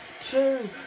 Two